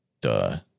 duh